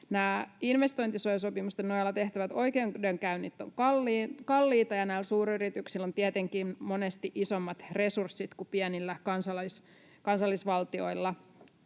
investointisuojasopimusten nojalla tehtävät oikeudenkäynnit ovat kalliita, ja näillä suuryrityksillä on tietenkin monesti isommat resurssit kuin pienillä kansallisvaltioilla,